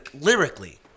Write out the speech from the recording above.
Lyrically